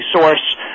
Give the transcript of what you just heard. source